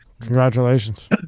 Congratulations